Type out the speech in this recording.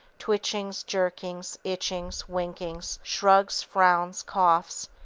twitchings, jerkings, itchings, winkings, shrugs, frowns, coughs,